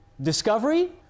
discovery